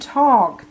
talk